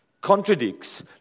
contradicts